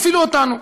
אפילו אותנו.